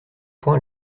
point